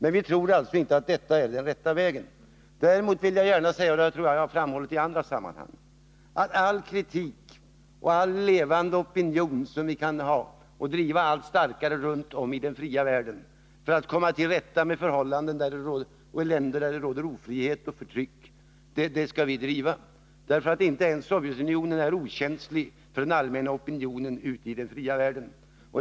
Men vi tror alltså inte att detta är den rätta vägen. Däremot vill jag gärna säga — och jag tror att jag har framhållit det i andra sammanhang - att vi skall driva all kritik och all levande opinion allt starkare runt om i den fria världen för att komma till rätta med förhållandena i länder där det råder ofrihet och förtryck. Inte ens Sovjetunionen är okänsligt för den allmänna opinionen i den fria världen.